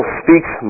speaks